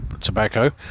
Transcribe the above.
tobacco